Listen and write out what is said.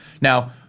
Now